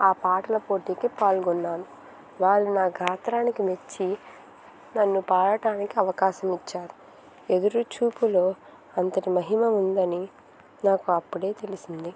ఆ పాటల పోటీకి పాల్గొన్నారు వాళ్ళు నా గాత్రానికి మెచ్చి నన్ను పాడటానికి అవకాశమిచ్చారు ఎదురుచూపులో అంతటి మహిమ ఉందని నాకు అప్పుడే తెలిసింది